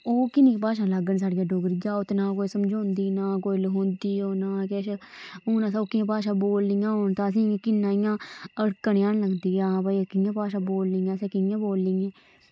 ओह् किन्नी भाशा साढ़ी डोगरी ऐ ओह् उत्त नां समझोंदी ते नां लखोंदी नां किश हून असें ओह्कियां भाशा बोलनियां होन तां असें गी किन्ना इं'या अड़कन जन पेई जंदी ऐ असें कि'यां बोलनी ऐ